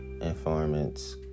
informants